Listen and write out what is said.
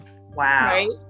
Wow